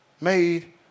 made